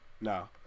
No